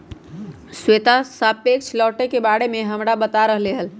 श्वेता सापेक्ष लौटे के बारे में हमरा बता रहले हल